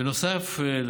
בנוסף,